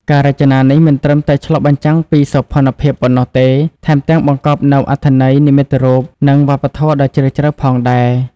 ការរចនានេះមិនត្រឹមតែឆ្លុះបញ្ចាំងពីសោភ័ណភាពប៉ុណ្ណោះទេ ថែមទាំងបង្កប់នូវអត្ថន័យនិមិត្តរូប និងវប្បធម៌ដ៏ជ្រាលជ្រៅផងដែរ។